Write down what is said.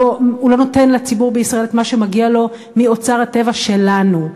הוא לא נותן לציבור בישראל את מה שמגיע לו מאוצר הטבע שלנו.